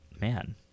Man